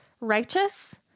righteous